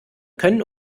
können